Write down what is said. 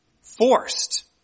forced